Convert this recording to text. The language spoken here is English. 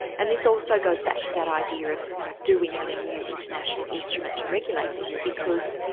and this also goes back to that idea of, you know, do we need a new international instrument to regulate this because,